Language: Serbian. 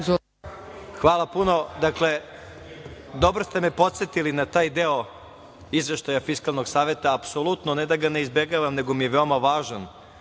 Hvala. Dobro ste me podsetili na taj deo izveštaja Fiskalnog saveta. Apsolutno ne da ga ne izbegavam, nego mi je veoma važan,